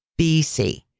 BC